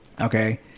okay